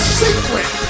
secret